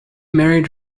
married